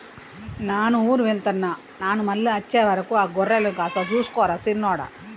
నాను ఊరు వెళ్తున్న నాను మళ్ళీ అచ్చే వరకు ఆ గొర్రెలను కాస్త సూసుకో రా సిన్నోడా